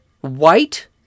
White